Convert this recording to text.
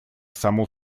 само